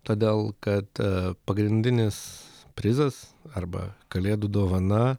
todėl kad pagrindinis prizas arba kalėdų dovana